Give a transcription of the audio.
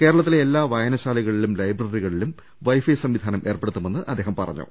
കേരളത്തിലെ എല്ലാ വായനശാല കളിലും ലൈബ്രറികളിലും വൈഫൈ സംവിധാനം ഏർപ്പെടുത്തുമെന്ന് അദ്ദേഹം പറഞ്ഞു